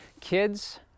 Kids